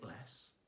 less